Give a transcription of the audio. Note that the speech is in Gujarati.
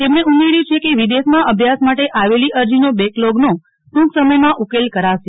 તેમણે ઉમેર્યું છે કે વિદેશમાં અભ્યાસ માટે આવેલી અરજીનો બેકલોગનો ટ્રંક સમયમાં ઉકેલ કરાશે